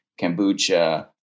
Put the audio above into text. kombucha